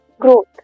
growth